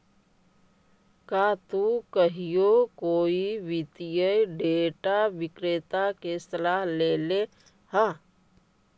का तु कहियो कोई वित्तीय डेटा विक्रेता के सलाह लेले ह?